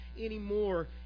anymore